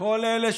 חברת הכנסת רגב,